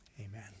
Amen